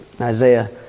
Isaiah